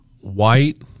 White